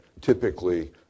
typically